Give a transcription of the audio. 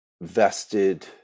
vested